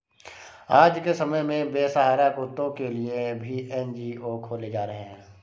आज के समय में बेसहारा कुत्तों के लिए भी एन.जी.ओ खोले जा रहे हैं